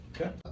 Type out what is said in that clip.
Okay